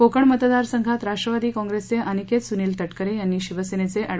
कोकण मतदारसंघात राष्ट्रवादी काँप्रेसचे अनिकेत सुनील तटकरे यांनी शिवसेनेचे अँड